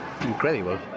incredible